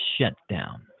shutdown